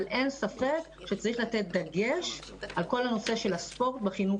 אבל אין ספק שצריך לתת דגש על כל נושא הספורט בחינוך